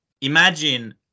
imagine